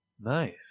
Nice